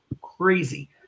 crazy